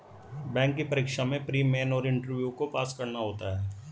bank की परीक्षा में प्री, मेन और इंटरव्यू को पास करना होता है